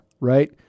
right